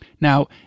Now